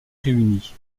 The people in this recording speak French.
réunie